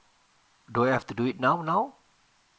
do I have to do it now now